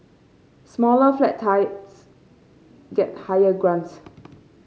smaller flat types get higher grants